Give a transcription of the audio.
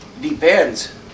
Depends